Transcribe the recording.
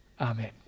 Amen